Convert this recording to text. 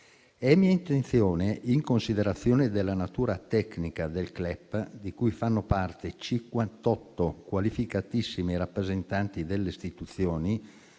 È mia intenzione, in considerazione della natura tecnica del CLEP, di cui fanno parte 58 qualificatissimi rappresentanti delle istituzioni,